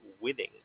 winning